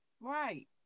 Right